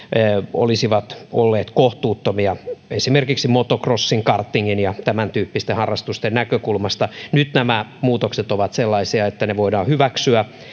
olisivat olleet kohtuuttomia esimerkiksi motocrossin kartingin ja tämäntyyppisten harrastusten näkökulmasta nyt nämä muutokset ovat sellaisia että ne voidaan hyväksyä